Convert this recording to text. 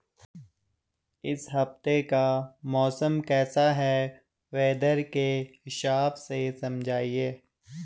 इस हफ्ते का मौसम कैसा है वेदर के हिसाब से समझाइए?